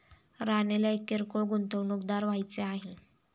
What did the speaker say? राणीला एक किरकोळ गुंतवणूकदार व्हायचे आहे